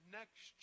next